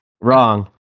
Wrong